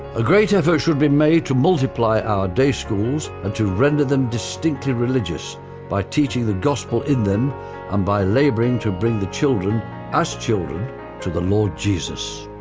a greater effort should be made to multiply our day schools and to render them distinctly religious by teaching the gospel in them and by laboring to bring the children as children to the lord jesus.